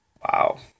Wow